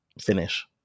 finish